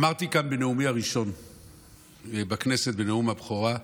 אמרתי כאן בנאומי הראשון בכנסת, בנאום הבכורה: